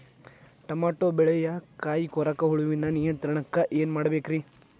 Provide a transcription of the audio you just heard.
Tomato ಬೆಳೆಯ ಕಾಯಿ ಕೊರಕ ಹುಳುವಿನ ನಿಯಂತ್ರಣಕ್ಕ ಏನ್ ಮಾಡಬೇಕ್ರಿ?